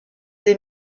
des